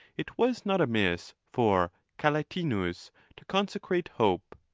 it was not amiss for calatinus to consecrate hope.